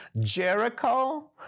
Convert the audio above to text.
Jericho